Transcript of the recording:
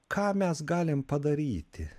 ką mes galim padaryti